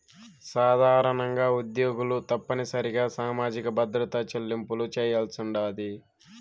సాధారణంగా ఉద్యోగులు తప్పనిసరిగా సామాజిక భద్రత చెల్లింపులు చేయాల్సుండాది